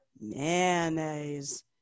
mayonnaise